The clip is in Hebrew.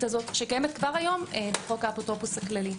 הזו שקיימת כבר היום בחוק האפוטרופוס הכללי.